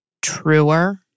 truer